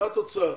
זה התוצאה